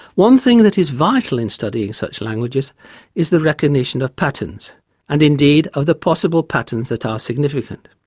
one thing that is vital in studying such languages is the recognition of patterns and indeed of the possible patterns that are significant.